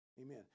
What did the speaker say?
Amen